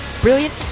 brilliant